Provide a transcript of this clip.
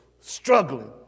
struggling